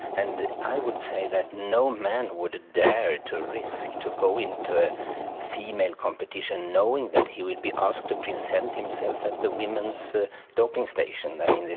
and i would say that no man would dare to risk to go into a female competition knowing that he would be asked to present himself at the women's doping station i mean,